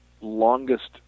longest